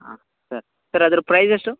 ಹಾಂ ಸರಿ ಸರ್ ಅದ್ರ ಪ್ರೈಸ್ ಎಷ್ಟು